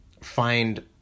find